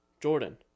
Jordan